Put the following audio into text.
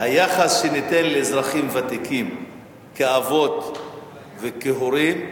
היחס שניתן לאזרחים ותיקים כאבות וכהורים,